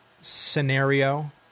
scenario